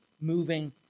moving